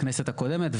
בכנסת הקודמת,